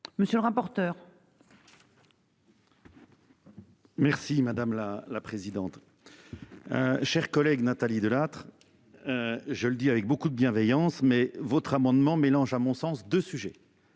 monsieur le rapporteur. Merci madame la la présidente. Cher collègue Nathalie Delattre. Je le dis avec beaucoup de bienveillance mais votre amendement mélange à mon sens de sujet.